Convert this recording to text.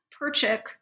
Perchik